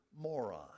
moron